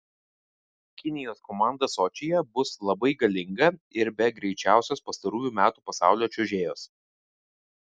kinijos komanda sočyje bus labai galinga ir be greičiausios pastarųjų metų pasaulio čiuožėjos